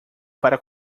para